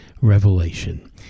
Revelation